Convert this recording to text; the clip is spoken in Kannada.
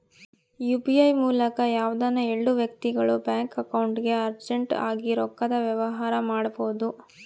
ಯು.ಪಿ.ಐ ಮೂಲಕ ಯಾವ್ದನ ಎಲ್ಡು ವ್ಯಕ್ತಿಗುಳು ಬ್ಯಾಂಕ್ ಅಕೌಂಟ್ಗೆ ಅರ್ಜೆಂಟ್ ಆಗಿ ರೊಕ್ಕದ ವ್ಯವಹಾರ ಮಾಡ್ಬೋದು